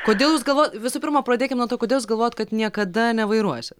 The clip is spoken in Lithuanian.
kodėl jūs galvojot visų pirma pradėkim nuo to kodėl jūs galvojot kad niekada nevairuosit